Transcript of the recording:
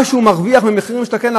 מה שהוא מרוויח מהמחיר למשתכן,